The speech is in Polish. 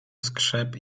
skrzep